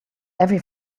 every